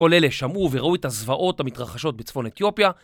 כל אלה שמעו וראו את הזוועות המתרחשות בצפון אתיופיה